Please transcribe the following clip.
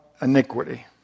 iniquity